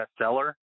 bestseller